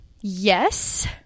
Yes